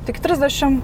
tik trisdešim